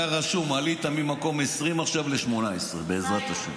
אתה רשום, עלית ממקום 20 עכשיו ל-18, בעזרת השם.